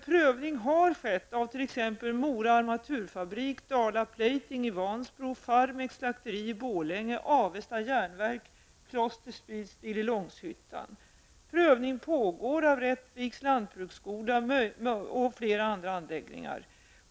Jag skall redovisa några av dem. Prövning pågår av Rättviks lantbruksskola och flera andra andra anläggningar.